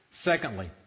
Secondly